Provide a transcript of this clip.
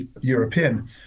European